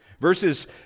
verses